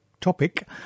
topic